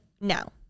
now